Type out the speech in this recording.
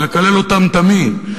לקלל אותם תמיד.